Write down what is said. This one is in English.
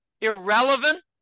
irrelevant